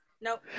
Nope